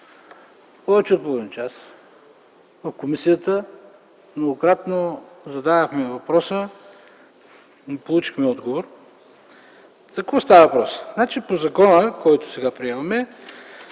повече от половин час. В комисията многократно задавахме въпроса, не получихме отговор. За какво става въпрос? По закона, който сега приемаме,